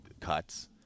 cuts